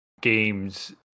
games